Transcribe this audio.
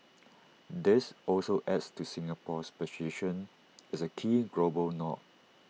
this also adds to Singapore's position as A key global node